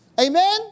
Amen